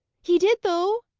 he did, though,